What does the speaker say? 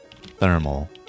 thermal